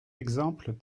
exemples